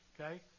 Okay